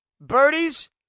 birdies